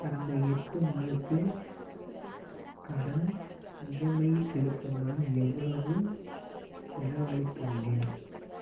கடந்த எட்டு மாதத்தில் கடன் இஎம்ஐ செலுத்த நான் எவ்வளவு செலவளித்துள்ளேன்